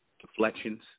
deflections